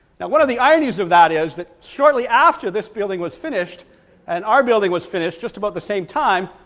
now one of the ironies of that is that shortly after this building was finished and our building was finished just about the same time,